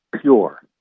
pure